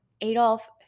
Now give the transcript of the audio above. Adolf